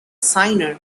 signer